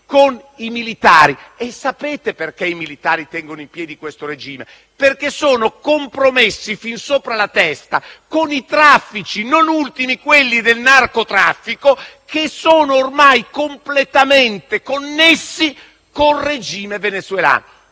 con i militari. E sapete perché i militari tengono i piedi questo regime? Sono compromessi fin sopra la testa con i traffici, non ultimi i narcotraffici, ormai completamente connessi con il regime venezuelano.